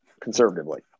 conservatively